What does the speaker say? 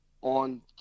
on